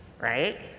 right